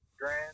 grand